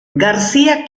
garcía